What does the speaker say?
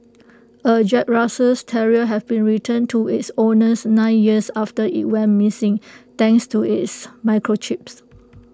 A Jack Russell terrier has been returned to its owners nine years after IT went missing thanks to its microchips